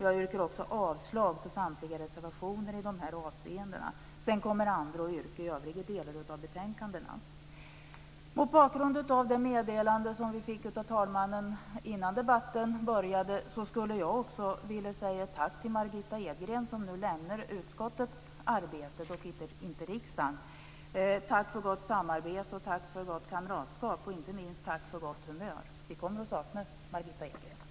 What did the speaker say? Jag yrkar också avslag på samtliga reservationer i dessa avseenden. Senare kommer andra att yrka när det gäller övriga delar i utskottets betänkanden. Mot bakgrund av det meddelande som vi fick av talmannen innan debatten började vill jag säga tack till Margitta Edgren som nu lämnar utskottets arbete - dock inte riksdagens arbete. Tack för gott samarbete och tack för gott kamratskap, och inte minst tack för ett gott humör! Vi kommer att sakna Margitta Edgren.